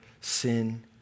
sin